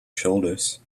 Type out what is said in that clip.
shoulders